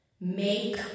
make